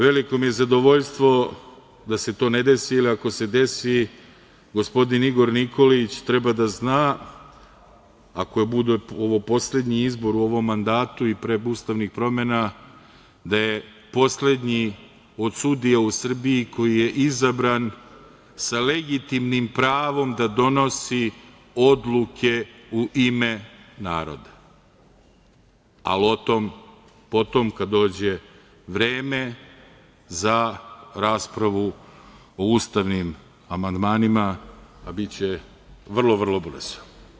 Veliko mi je zadovoljstvo da se to ne desi, jer ako se desi, gospodin Igor Nikolić treba da zna, ako bude ovo poslednji izbor u mandatu i pre ustavnih promena, gde je poslednji od sudija u Srbiji koji je izabran sa legitimnim pravom da donosi odluke u ime naroda, ali o tom po tom, kada dođe vreme za raspravu o ustavnim amandmanima, a biće vrlo brzo.